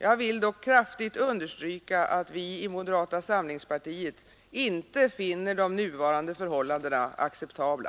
Jag vill dock kraftigt understryka att vi i moderata samlingspartiet inte finner de nuvarande förhållandena acceptabla.